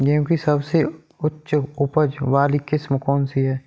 गेहूँ की सबसे उच्च उपज बाली किस्म कौनसी है?